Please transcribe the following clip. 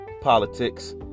politics